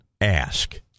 ask